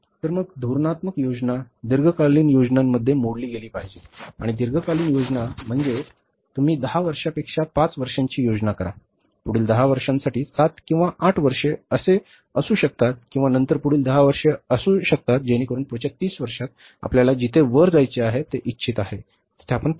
तर मग धोरणात्मक योजना दीर्घकालीन योजनांमध्ये मोडली गेली पाहिजे आणि दीर्घकालीन योजना म्हणजे तुम्ही दहा वर्षापेक्षा पाच वर्षांची योजना करा पुढील दहा वर्षांसाठी सात किंवा आठ वर्षे असू शकतात किंवा नंतर पुढील दहा वर्षे असू शकतात जेणेकरून पुढच्या तीस वर्षांत आपल्याला जिथे वर जायचे आहे जे इच्छित आहे तेथे आपण पोहोचू शकतो